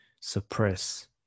suppress